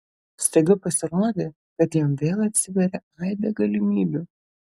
staiga pasirodė kad jam vėl atsiveria aibė galimybių